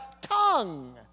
tongue